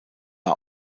war